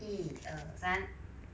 一二三